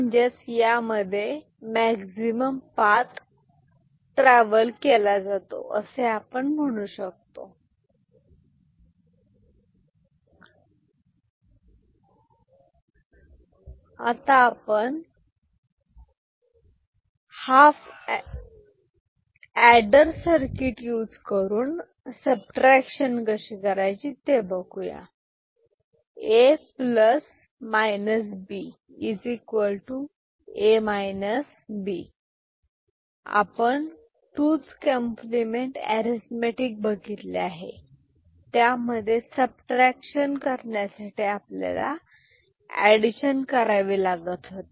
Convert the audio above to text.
म्हणजे यामध्ये maximum path travel केला जातो असे आपण म्हणू शकतो AA-B आपण 2s कॉम्प्लिमेंट अरिथमॅटिक बघितले त्यामध्ये सबट्रॅक्शन करण्यासाठी आपल्याला एडिशन करावी लागत होती